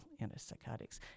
antipsychotics